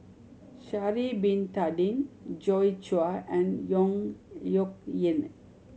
Sha'ari Bin Tadin Joi Chua and Yong Nyuk Lin